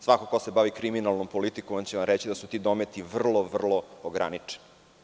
Svako ko se bavi kriminalnom politikom on će vam reći da su ti dometi vrlo, vrlo ograničeni.